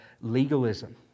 legalism